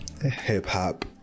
hip-hop